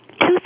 Two